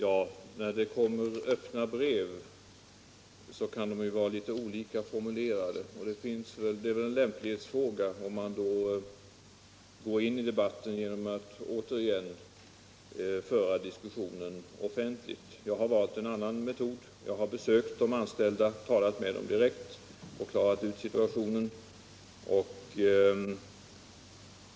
Herr talman! Öppna brev kan ju vara litet olika formulerade, och det är väl en lämplighetsfråga om man då skall gå in i debatten genom att återigen föra diskussionen offentligt. Jag har valt en annan metod. Jag har besökt de anställda och talat med dem direkt och klarat ut situationen.